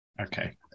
Okay